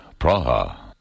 Praha